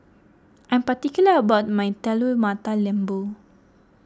I am particular about my Telur Mata Lembu